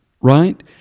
right